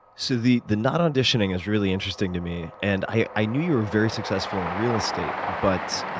so the the not auditioning is really interesting to me. and i i knew you were very successful in real estate but,